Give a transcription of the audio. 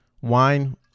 wine